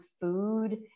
food